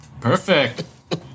Perfect